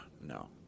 no